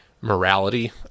morality